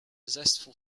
zestful